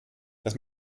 das